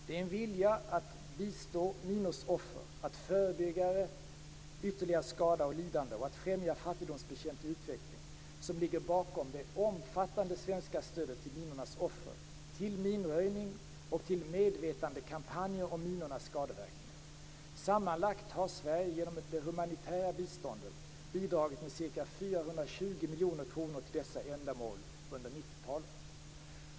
Det är en vilja att bistå minornas offer, att förebygga ytterligare skada och lidande och att främja fattigdomsbekämpning och utveckling som ligger bakom det omfattande svenska stödet till minornas offer, till minröjning och till medvetandekampanjer om minornas skadeverkningar. Sammanlagt har Sverige genom det humanitära biståndet bidragit med ca 420 miljoner kronor till dessa ändamål under 90 talet.